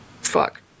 Fuck